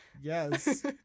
Yes